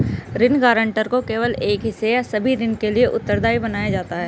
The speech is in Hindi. ऋण गारंटर को केवल एक हिस्से या सभी ऋण के लिए उत्तरदायी बनाया जाता है